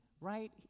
right